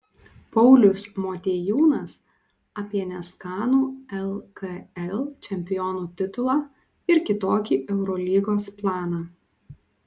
paulius motiejūnas apie neskanų lkl čempionų titulą ir kitokį eurolygos planą